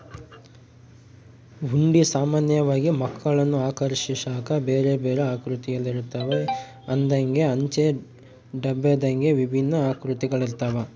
ಹುಂಡಿ ಸಾಮಾನ್ಯವಾಗಿ ಮಕ್ಕಳನ್ನು ಆಕರ್ಷಿಸಾಕ ಬೇರೆಬೇರೆ ಆಕೃತಿಯಲ್ಲಿರುತ್ತವ, ಹಂದೆಂಗ, ಅಂಚೆ ಡಬ್ಬದಂಗೆ ವಿಭಿನ್ನ ಆಕೃತಿಗಳಿರ್ತವ